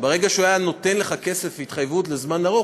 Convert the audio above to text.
ברגע שהוא היה נותן לך כסף כהתחייבות לזמן ארוך,